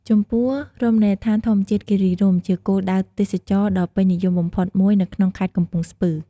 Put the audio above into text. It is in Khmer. ចំពោះរមណីយដ្ឋានធម្មជាតិគិរីរម្យ គឺជាគោលដៅទេសចរណ៍ដ៏ពេញនិយមបំផុតមួយនៅក្នុងខេត្តកំពង់ស្ពឺ។